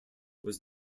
was